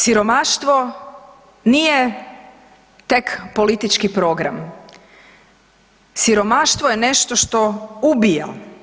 Siromaštvo nije tek politički program, siromaštvo je nešto što ubija.